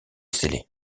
scellés